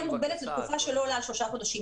מוגבלת לתקופה שלא עולה על שלושה חודשים.